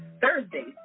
Thursdays